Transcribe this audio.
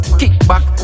kickback